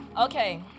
Okay